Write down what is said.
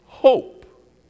Hope